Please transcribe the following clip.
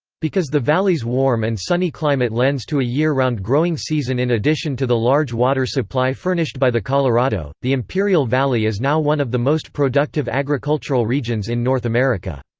because the valley's warm and sunny climate lends to a year-round growing season in addition to the large water supply furnished by the colorado, the imperial valley is now one of the most productive agricultural regions in north america.